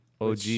OG